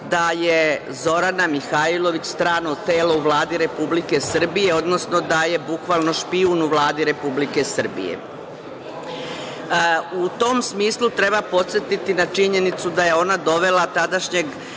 da je Zorana Mihajlović strano telo u Vladi Republike Srbije, odnosno da je bukvalno špijun u Vladi Republike Srbije. U tom smislu treba podsetiti na činjenicu da je ona dovela tadašnjeg